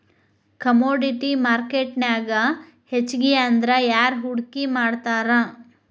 Commodity ಮಾರ್ಕೆಟ್ನ್ಯಾಗ್ ಹೆಚ್ಗಿಅಂದ್ರ ಯಾರ್ ಹೂಡ್ಕಿ ಮಾಡ್ತಾರ?